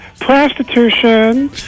prostitution